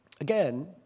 Again